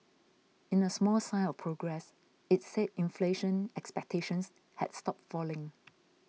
in a small sign of progress it said inflation expectations had stopped falling